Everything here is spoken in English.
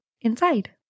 inside